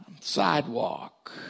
sidewalk